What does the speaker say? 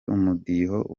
umudiho